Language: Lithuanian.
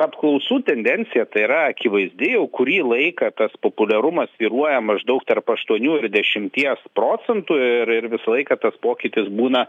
apklausų tendencija tai yra akivaizdi jau kurį laiką tas populiarumas svyruoja maždaug tarp aštuonių ir dešimties procentų ir ir visą laiką tas pokytis būna